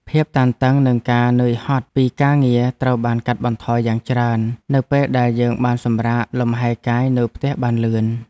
ភាពតានតឹងនិងការនឿយហត់ពីការងារត្រូវបានកាត់បន្ថយយ៉ាងច្រើន នៅពេលដែលយើងបានសម្រាកលំហែកាយនៅផ្ទះបានលឿន។